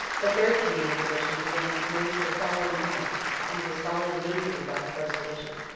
the third. canadian division began its move the following night and was followed immediately by the first. division.